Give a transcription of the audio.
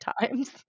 times